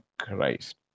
Christ